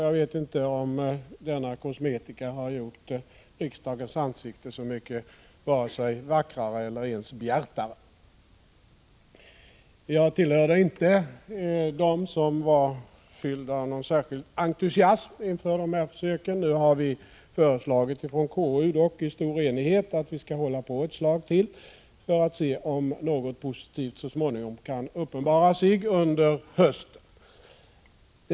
Jag vet inte om denna kosmetika har gjort riksdagens ansikte så mycket vackrare, eller ens bjärtare. Jag tillhörde inte dem som var fyllda av någon särskild entusiasm inför de här försöken. Nu har vi från konstitutionsutskottet i stor enighet föreslagit att vi skall fortsätta försöken ett slag till för att se om något positivt så småningom kan uppenbara sig under hösten.